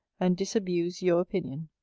and disabuse your opinion.